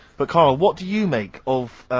but karl, what do you make of, ah,